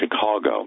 Chicago